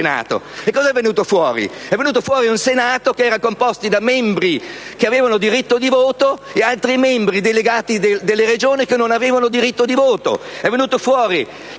Cosa ne è venuto fuori? Ne è venuto fuori un Senato composto da membri che avevano diritto di voto e da altri membri, delegati dalle Regioni, che non avevano diritto di voto;